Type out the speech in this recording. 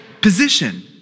position